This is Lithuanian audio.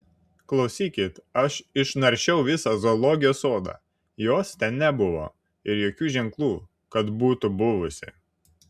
klausykit aš išnaršiau visą zoologijos sodą jos ten nebuvo ir jokių ženklų kad būtų buvusi